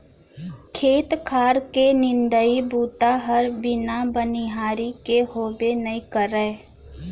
खेत खार के निंदई बूता हर बिना बनिहार के होबे नइ करय